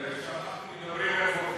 כשאנחנו מדברים הם הולכים,